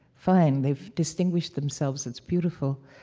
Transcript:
fine. they've distinguished themselves. it's beautiful.